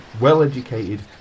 well-educated